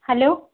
hello